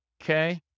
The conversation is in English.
Okay